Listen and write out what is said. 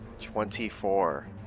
Twenty-four